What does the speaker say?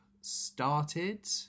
started